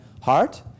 heart